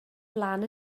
flaen